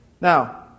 Now